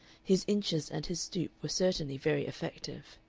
his inches and his stoop were certainly very effective.